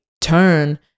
turn